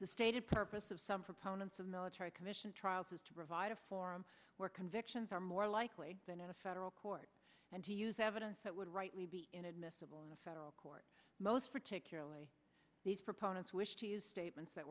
the stated purpose of some proponents of military commission trials is to provide a forum where convictions are more likely than in a federal court and to use evidence that would rightly be inadmissible in a federal court most particularly these proponents wish to use statements that